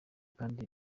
kandi